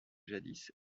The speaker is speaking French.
jadis